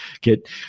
get